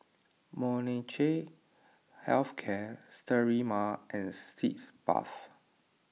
Molnylcke Health Care Sterimar and Sitz Bath